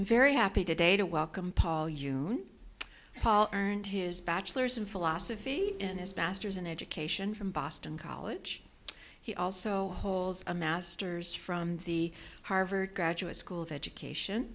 very happy today to welcome paul you earned his bachelor's in philosophy and his master's in education from boston college he also holds a masters from the harvard graduate school of education